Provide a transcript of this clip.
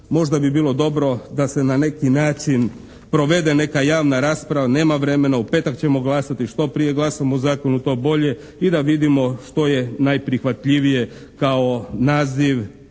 možda bi bilo dobro da se na neki način provede neka javna rasprava, nema vremena, u petak ćemo glasati. Što prije glasamo o zakonu to bolje i da vidimo što je najprihvatljivije kao naziv